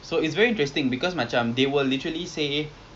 good tak stocks